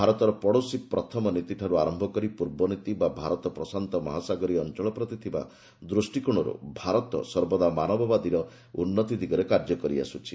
ଭାରତର ପଡ଼ୋଶୀ ପ୍ରଥମ ନୀତିଠାରୁ ଆରମ୍ଭ କରି ପୂର୍ବ ନୀତି ବା ଭାରତ ପ୍ରଶାନ୍ତ ମହାସାଗରୀୟ ଅଞ୍ଚଳ ପ୍ରତି ଥିବା ଦୂଷ୍ଟିକୋଶରୁ ଭାରତ ସର୍ବଦା ମାନବକ୍ଷାତିର ଉନ୍ନତି ଦିଗରେ କାର୍ଯ୍ୟ କରିଆସୁଛି